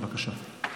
בבקשה.